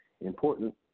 important